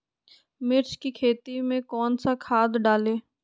मिर्च की खेती में कौन सा खाद डालें?